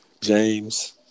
James